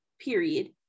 period